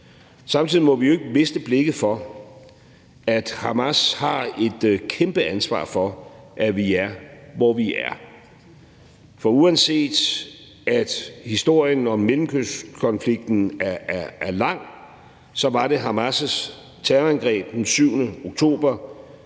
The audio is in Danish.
Samtidig må vi jo ikke miste blikket for, at Hamas har et kæmpe ansvar for, at vi er, hvor vi er. For uanset at historien om Mellemøstkonflikten er lang, var det Hamas' terrorangreb den 7. oktober,